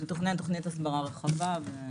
מתוכננת תוכנית הסברה רחבה.